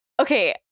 Okay